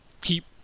keep